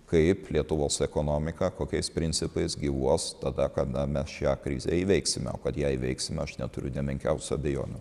kaip lietuvos ekonomika kokiais principais gyvuos tada kada mes šią krizę įveiksime o kad ją įveiksime aš neturiu nė menkiausių abejonių